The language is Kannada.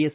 ಎಸ್